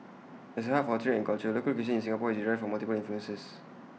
as A hub for trade and culture local cuisine in Singapore is derived from multiple influences